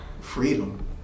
Freedom